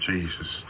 Jesus